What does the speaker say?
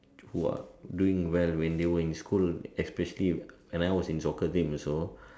who are doing well when they were in school especially when I was in soccer team also